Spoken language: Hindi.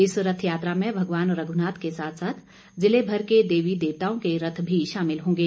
इस रथ यात्रा में भगवान रघुनाथ के साथ साथ जिले भर के देवी देवताओं के रथ भी शामिल होंगे